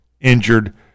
injured